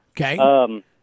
Okay